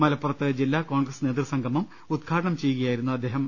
മലപ്പുറത്ത് ജില്ലാകോൺഗ്രസ് നേതൃസംഗമം ഉദ്ഘാടനം ചെയ്യുകയായിരുന്നു അദ്ദേ ഹം